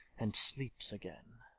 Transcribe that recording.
and sleeps again.